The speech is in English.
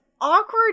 awkward